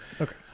Okay